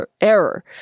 error